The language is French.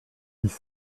dix